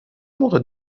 موقع